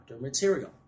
material